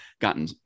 gotten